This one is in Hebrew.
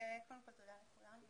קודם כל, תודה לכולם.